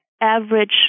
average